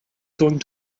going